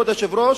כבוד היושב-ראש,